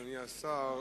אדוני השר.